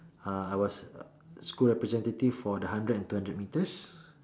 uh I was school representative for the hundred and two hundred meters